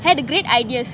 had the great ideas